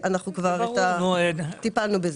אנחנו כבר טיפלנו בזה.